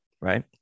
right